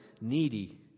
needy